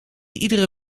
iedere